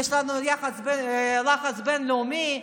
יש לנו לחץ בין-לאומי,